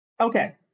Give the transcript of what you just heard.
Okay